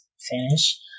finish